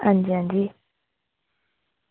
अंजी अंजी